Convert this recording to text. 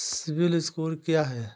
CIBIL score क्या है?